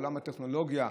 עולם הטכנולוגיה,